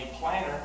planner